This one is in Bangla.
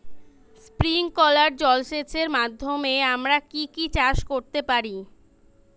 স্প্রিংকলার জলসেচের মাধ্যমে আমরা কি কি চাষ করতে পারি?